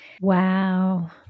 Wow